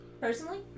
Personally